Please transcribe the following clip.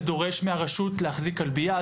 זה דורש מהרשות להחזיק כלבייה,